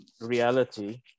reality